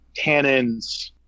tannins